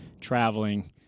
traveling